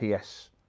PS